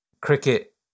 cricket